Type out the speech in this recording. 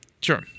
Sure